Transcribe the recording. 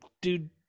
dude